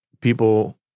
people